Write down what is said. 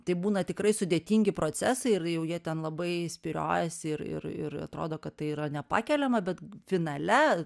tai būna tikrai sudėtingi procesai ir jau jie ten labai spyriojasi ir ir ir atrodo kad tai yra nepakeliama bet finale